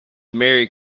merry